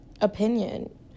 opinion